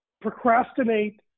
procrastinate